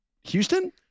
Houston